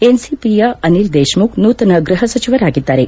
ಎನ್ಸಿಪಿಯ ಅನಿಲ್ ದೇಶಮುಖ್ ನೂತನ ಗ್ಬಹಸಚಿವರಾಗಿದ್ದಾರೆ